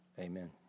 Amen